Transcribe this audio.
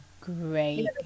great